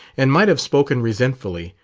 and might have spoken resentfully,